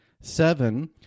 Seven